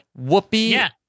Whoopi